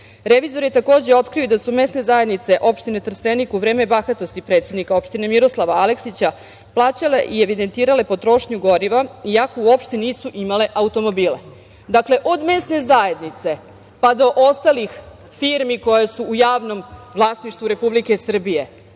je, takođe, otkrio i da su mesne zajednice opštine Trstenik u vreme bahatosti predsednika opštine Miroslava Aleksića plaćale i evidentirale potrošnju goriva, iako uopšte nisu imale automobile. Dakle, od mesne zajednice, pa do ostalih firmi koje su u javnom vlasništvu Republike Srbije,